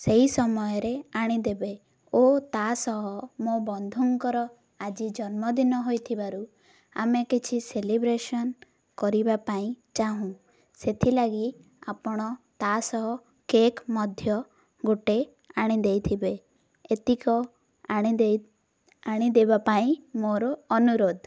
ସେହି ସମୟରେ ଆଣିଦେବେ ଓ ତା'ସହ ମୋ ବନ୍ଧୁଙ୍କର ଆଜି ଜନ୍ମଦିନ ହୋଇଥିବାରୁ ଆମେ କିଛି ସେଲିବ୍ରେସନ୍ କରିବା ପାଇଁ ଚାହୁଁ ସେଥିଲାଗି ଆପଣ ତା'ସହ କେକ୍ ମଧ୍ୟ ଗୋଟେ ଆଣିଦେଇଥିବେ ଏତିକି ଆଣିଦେବା ପାଇଁ ମୋର ଅନୁରୋଧ